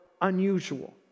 unusual